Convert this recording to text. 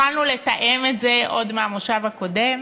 יכולנו לתאם את זה עוד במושב הקודם,